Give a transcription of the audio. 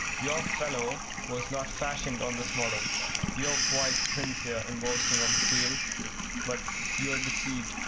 your fellow was not fashioned on this model you're quite sincere in boasting of his zeal but you're deceived,